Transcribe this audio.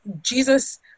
Jesus